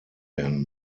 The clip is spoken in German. werden